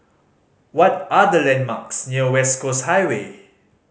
what are the landmarks near West Coast Highway